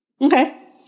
Okay